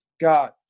God